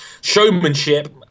showmanship